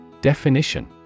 Definition